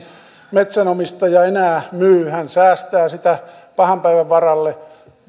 metsänomistaja enää myy hän säästää sitä pahan päivän varalle